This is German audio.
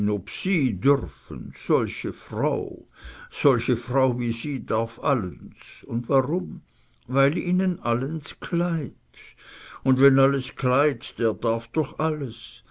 solche frau solche frau wie sie darf allens un warum weil ihnen allens kleid't un wen alles kleid't der darf ooch alles